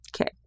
Okay